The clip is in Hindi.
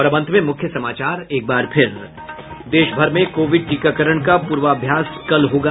और अब अंत में मुख्य समाचार एक बार फिर देश भर में कोविड टीकाकरण का पूर्वाभ्यास कल होगा